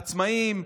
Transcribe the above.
עצמאים,